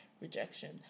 rejection